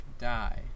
die